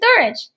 storage